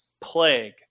plague